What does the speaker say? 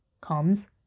comes